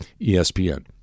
ESPN